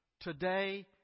Today